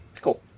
Cool